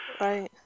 Right